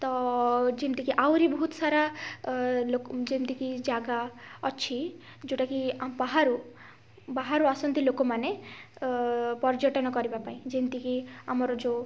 ତ ଯେମିତିକି ଓ ଆହୁରି ବହୁତ ସାରା ଯେମିତି କି ଯେମିତିକି ଜାଗା ଅଛି ଯେଉଁଟା କି ବାହାରୁ ବାହାରୁ ଆସନ୍ତି ଲୋକମାନେ ପର୍ଯ୍ୟଟନ କରିବା ପାଇଁ ଯେମିତିକି ଆମର ଯେଉଁ